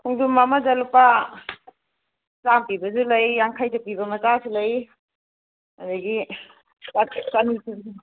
ꯈꯣꯡꯗ꯭ꯔꯨꯝ ꯑꯃꯗ ꯂꯨꯄꯥ ꯆꯥꯃ ꯄꯤꯁꯨ ꯂꯩ ꯌꯥꯡꯈꯩꯇ ꯄꯤꯕ ꯃꯆꯥꯁꯨ ꯂꯩ ꯑꯗꯒꯤ ꯆꯅꯤ ꯄꯤꯕꯁꯨ ꯂꯩ